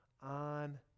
on